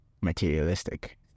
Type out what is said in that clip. materialistic